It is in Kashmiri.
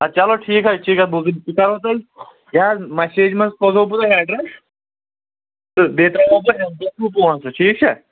اَ چلو ٹھیٖک حظ ٹھیٖک حظ بہٕ یہِ حظ مسیجہِ منٛز سوزو بہٕ اٮ۪ڈرَس تہٕ بیٚیہِ ترٛاوَو بہٕ پونٛسہٕ ٹھیٖک چھا